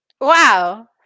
Wow